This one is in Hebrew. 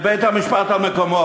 בית-המשפט על מקומו,